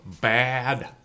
bad